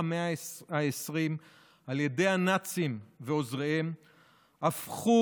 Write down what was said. המאה ה-20 על ידי הנאצים ועוזריהם הפכה